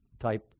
type